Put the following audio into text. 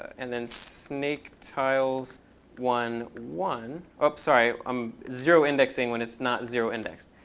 and then snaketiles one, one. whoop, sorry. i'm zero indexing when it's not zero index.